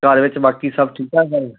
ਘਰ ਵਿੱਚ ਬਾਕੀ ਸਭ ਠੀਰ ਠਾਕ ਹੈ